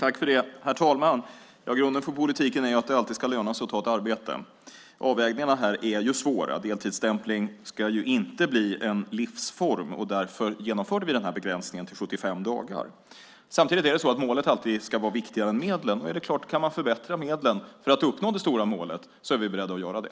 Herr talman! Grunden för politiken är att det alltid ska löna sig att ta ett arbete. Avvägningarna här är svåra. Deltidsstämpling ska ju inte bli en livsform, och därför genomförde vi begränsningen på 75 dagar. Samtidigt ska målet alltid vara viktigare än medlen. Om man kan förbättra medlen för att uppnå det stora målet är vi beredda att göra det.